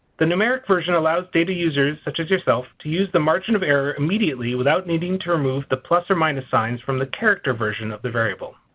the numeric version allows data users such as yourself to use the margin of error immediately without needing to remove the plus or minus signs from the character version of the variable.